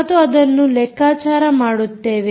ಮತ್ತು ಅದನ್ನು ಲೆಕ್ಕಾಚಾರ ಮಾಡುತ್ತೇವೆ